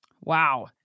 Wow